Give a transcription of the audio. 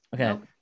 Okay